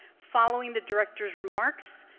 following the director's remarks,